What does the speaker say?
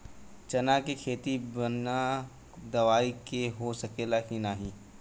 चना के खेती बिना दवाई के हो सकेला की नाही?